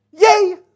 yay